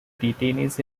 detainees